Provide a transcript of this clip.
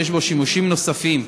שיש בו שימושים נוספים,